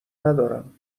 ندارم